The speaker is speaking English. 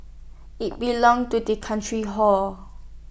IT belongs to the country hor